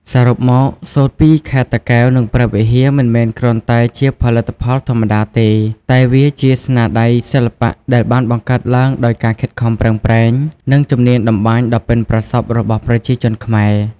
សរុបមក សូត្រពីខេត្តតាកែវ និងព្រះវិហារ មិនមែនគ្រាន់តែជាផលិតផលធម្មតាទេ តែវាជាស្នាដៃសិល្បៈដែលបានបង្កើតឡើងដោយការខិតខំប្រឹងប្រែង និងជំនាញតម្បាញដ៏ប៉ិនប្រសប់របស់ប្រជាជនខ្មែរ។